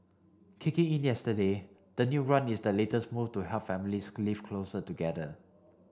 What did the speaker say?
kicking in yesterday the new grant is the latest move to help families can live closer together